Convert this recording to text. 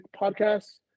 podcasts